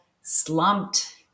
slumped